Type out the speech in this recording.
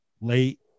late